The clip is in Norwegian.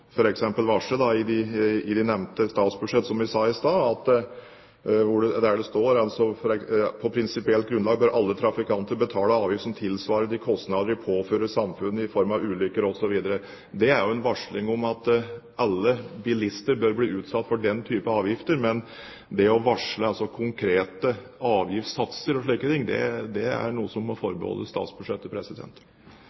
å varsle i de statsbudsjett som jeg nevnte i stad. Der står det: «På prinsipielt grunnlag bør alle trafikanter betale avgift som tilsvarer de kostnadene de påfører samfunnet i form av ulykker» osv. Det er en varsling om at alle bilister bør bli utsatt for den type avgifter, men å varsle konkrete avgiftssatser og slike ting er noe som må forbeholdes statsbudsjettet. Det er ingen tvil om at det er finansministeren, som også er Regjeringens bærekraftminister, som sitter med nøkkelen til mange av løsningene for